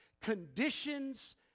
Conditions